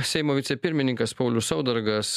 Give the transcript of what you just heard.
seimo vicepirmininkas paulius saudargas